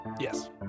Yes